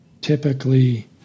typically